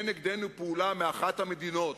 פעולה מאחת המדינות